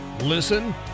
Listen